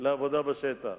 לעבודה בשטח.